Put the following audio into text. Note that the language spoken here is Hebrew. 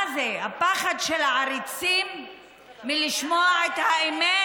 מה זה, הפחד של העריצים מלשמוע את האמת?